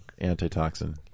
antitoxin